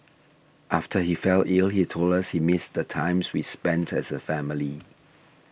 after he fell ill he told us he missed the times we spent as a family